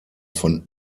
von